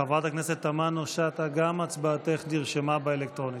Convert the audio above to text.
חברת הכנסת תמנו שטה, גם הצבעתך נרשמה באלקטרונית.